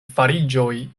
fariĝoj